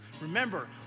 remember